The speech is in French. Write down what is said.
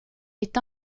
est